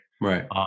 Right